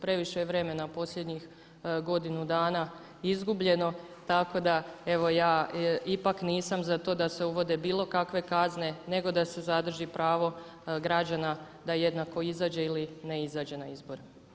Previše je vremena u posljednjih godinu dana izgubljeno, tako da evo ja ipak nisam za to da se uvode bilo kakve kazne nego da se zadrži pravo građana da jednako izađe ili ne izađe na izbore.